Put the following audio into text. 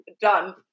Done